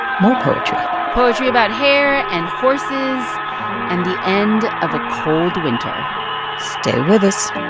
more poetry poetry about hair and horses and the end of a cold winter stay with us